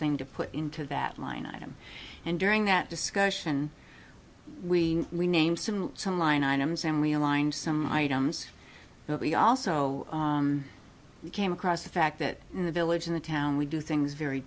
thing to put into that line item and during that discussion we we named some some line items and we aligned some items but we also came across the fact that in the village in the town we do things very